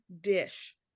dish